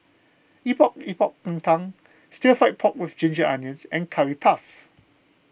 Epok Epok Kentang Stir Fry Pork with Ginger Onions and Curry Puff